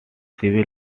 civil